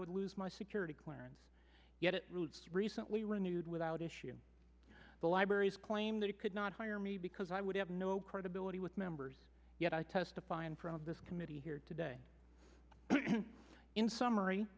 would lose my security clearance yet it recently renewed without issue the library's claim that it could not hire me because i would have no credibility with members yet i testify in front of this committee here today in summary